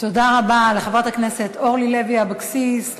תודה רבה לחברת הכנסת אורלי לוי אבקסיס.